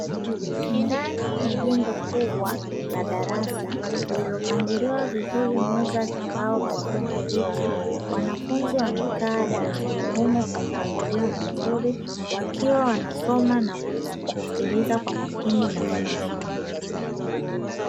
Ndani ya jengo kubwa la darasa lililopangiliwa vizuri meza za mbao pamoja na viti, wanafunzi wamekaa darasani humo kwa mpangilio mzuri wakiwa wanasoma na kusikiliza kwa makini mafunzo.